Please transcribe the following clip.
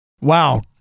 Wow